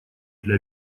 для